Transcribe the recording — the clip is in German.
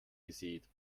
gesät